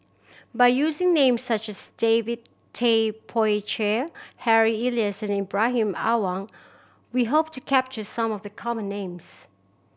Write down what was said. by using names such as David Tay Poey Cher Harry Elias and Ibrahim Awang we hope to capture some of the common names